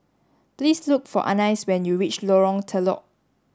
please look for Anice when you reach Lorong Telok